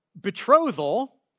Betrothal